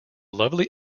lovely